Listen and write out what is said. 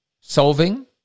solving